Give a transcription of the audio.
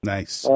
Nice